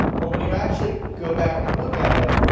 but when you actually go back and look at it,